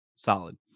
solid